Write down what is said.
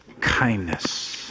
kindness